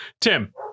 Tim